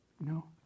no